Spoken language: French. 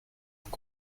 vous